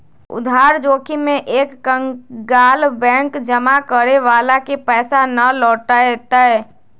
उधार जोखिम में एक कंकगाल बैंक जमा करे वाला के पैसा ना लौटय तय